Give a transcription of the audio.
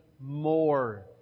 more